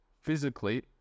physically